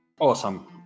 awesome